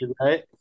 right